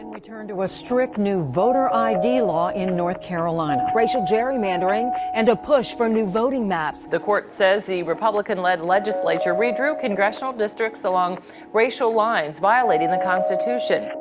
we turn to a strict new voter id law in north carolina. racially gerrymandering and a push for new voting maps. the court says the republican-led legislature redrew congressional districts along racial lines, violating the constitution.